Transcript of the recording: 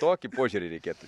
tokį požiūrį reikėtų